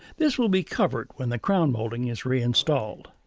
this will be covered when the crown molding is reinstalled.